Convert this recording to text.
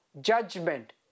Judgment